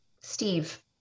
Steve